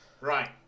Right